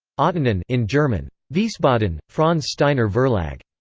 ottonen in german. wiesbaden franz steiner verlag.